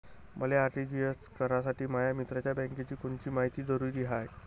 मले आर.टी.जी.एस करासाठी माया मित्राच्या बँकेची कोनची मायती जरुरी हाय?